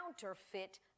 counterfeit